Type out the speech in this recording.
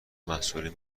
مسئولین